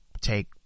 take